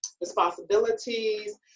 responsibilities